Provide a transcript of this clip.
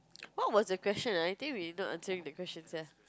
what was the question ah I think we not answering the question sia